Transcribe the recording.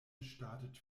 startet